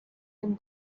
ihren